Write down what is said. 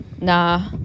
Nah